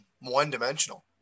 one-dimensional